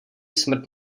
smrt